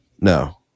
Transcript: No